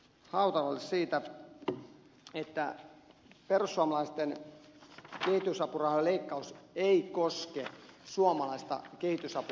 olisin halunnut vastata ministeri hautalalle että perussuomalaisten kehitysapurahojen leikkaus ei koske suomalaista kehitysapuyhteistyötä